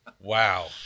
Wow